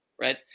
right